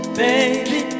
baby